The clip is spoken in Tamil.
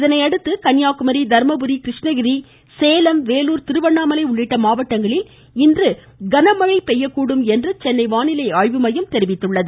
இதனையடுத்து கன்னியாக்குமரி தருமபுரி கிருஷ்ணகிரி சேலம் வேலூர் திருவண்ணாமலை உள்ளிட்ட மாவட்டங்களில் இன்று கனமழை பெய்யக்கூடும் என்று சென்னை வானிலை ஆய்வுமையம் தெரிவிக்கின்றது